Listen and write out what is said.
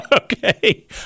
Okay